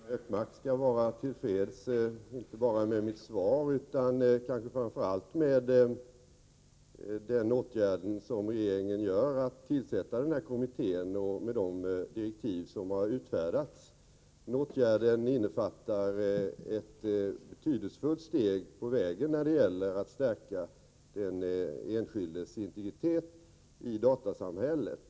Herr talman! Jag tycker Gunnar Hökmark skall vara till freds inte bara med mitt svar utan också och kanske framför allt med regeringens åtgärd att tillsätta denna kommitté med de direktiv som har utfärdats. Den åtgärden innefattar ett betydelsefullt steg på vägen när det gäller att stärka den enskildes integritet i datasamhället.